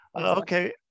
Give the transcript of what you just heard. Okay